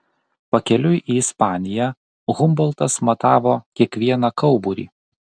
pakeliui į ispaniją humboltas matavo kiekvieną kauburį